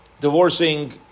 divorcing